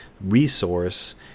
resource